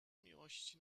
miłości